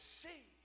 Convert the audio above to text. see